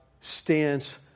stance